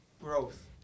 growth